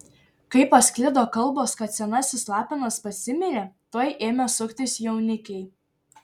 kai pasklido kalbos kad senasis lapinas pasimirė tuoj ėmė suktis jaunikiai